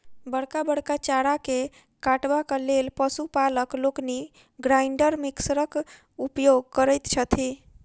बड़का बड़का चारा के काटबाक लेल पशु पालक लोकनि ग्राइंडर मिक्सरक उपयोग करैत छथि